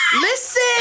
Listen